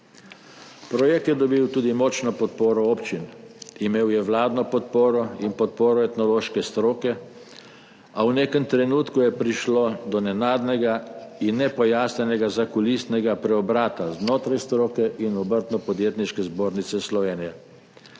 Projekt je dobil tudi močno podporo občin, imel je vladno podporo in podporo etnološke stroke, a v nekem trenutku je prišlo do nenadnega in nepojasnjenega zakulisnega preobrata znotraj stroke in Obrtno-podjetniške zbornice Slovenije.